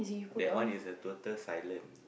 that one is a total silent